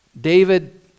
David